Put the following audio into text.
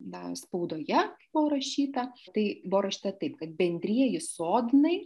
na spaudoje buvo rašyta tai buvo rašyta taip kad bendrieji sodnai